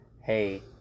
hey